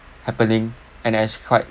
happening and actually quite